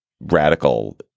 radical